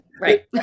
Right